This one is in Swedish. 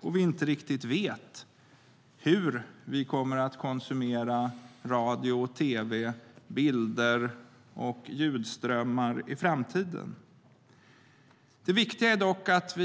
Vi vet inte riktigt hur vi kommer att konsumera radio och tv, bilder och ljudströmmar i framtiden. Det viktiga är dock att vi